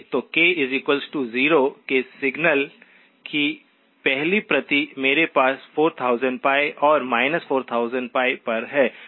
तो k 0 के signal की पहली प्रति मेरे पास 4000 π और 4000 π पर है